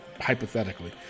hypothetically